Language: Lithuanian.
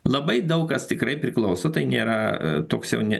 labai daug kas tikrai priklauso tai nėra toks jau ne